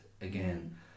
again